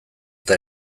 eta